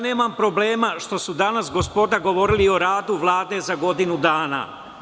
Nemam problema što su danas gospoda govorili o radu Vlade za godinu dana.